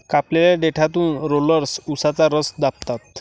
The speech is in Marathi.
कापलेल्या देठातून रोलर्स उसाचा रस दाबतात